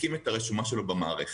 הקים את הרשומה שלו במערכת,